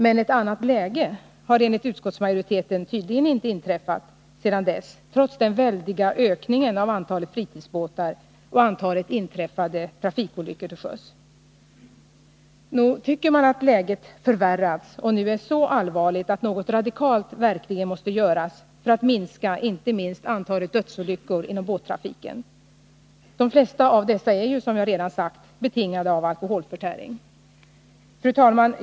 Men ”ett annat läge” har enligt utskottsmajoriteten tydligen inte inträffat sedan dess, trots den väldiga ökningen av antalet fritidsbåtar och antalet Nog tycker man att läget har förvärrats och att det nu är så allvarligt att Onsdagen den något radikalt verkligen måste göras för att inom båttrafiken minska inte 13 maj 1981 minst antalet dödsolyckor. De flesta är ju, som jag redan har sagt, betingade av alkoholförtäring. Fru talman!